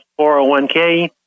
401k